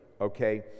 okay